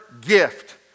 gift